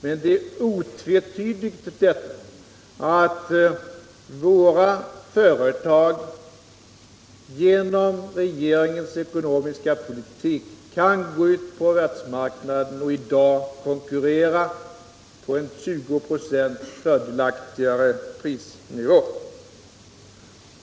Men en effekt är otvetydig — nämligen att våra företag genom regeringens ekonomiska politik nu kan gå ut på världsmarknaden och konkurrera på en 20 26 fördelaktigare prisnivå.